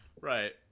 Right